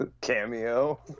Cameo